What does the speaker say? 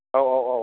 औ औ औ